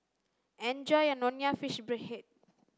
enjoy your nonya fish fried head